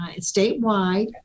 statewide